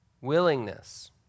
willingness